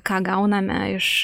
ką gauname iš